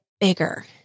bigger